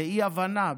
הוא מאי-הבנה,